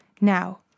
Now